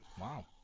Wow